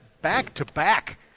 back-to-back